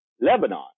Lebanon